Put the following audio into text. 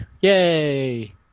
Yay